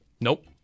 Nope